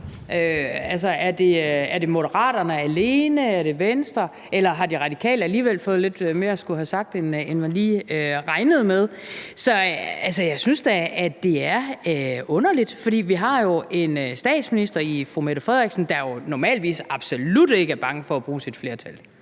Er det Moderaterne alene? Er det Venstre? Eller har De Radikale alligevel fået lidt mere at skulle have sagt, end man lige regnede med? Så jeg synes da, at det er underligt. For vi har jo i Mette Frederiksen en statsminister, der normalt absolut ikke er bange for at bruge sit flertal